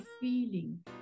feeling